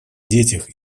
детях